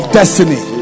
destiny